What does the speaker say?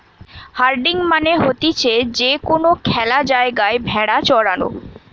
herding মানে হতিছে যে কোনো খ্যালা জায়গায় ভেড়া চরানো